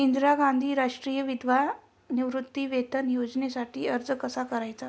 इंदिरा गांधी राष्ट्रीय विधवा निवृत्तीवेतन योजनेसाठी अर्ज कसा करायचा?